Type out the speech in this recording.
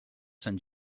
sant